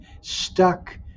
stuck